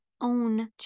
own